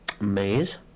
Maze